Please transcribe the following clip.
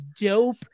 dope